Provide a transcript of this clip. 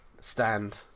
stand